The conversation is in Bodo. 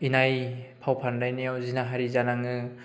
इनाय फाव फानदायानाव जिनाहारि जानाङो